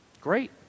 Great